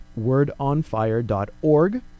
wordonfire.org